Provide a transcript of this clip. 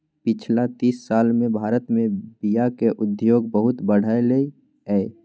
पछिला तीस साल मे भारत मे बीयाक उद्योग बहुत बढ़लै यै